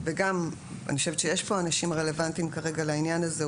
וגם אני חושבת שיש פה אנשים רלוונטיים כרגע לעניין הזה,